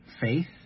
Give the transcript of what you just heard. faith